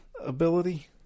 ability